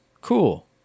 Cool